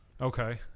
Okay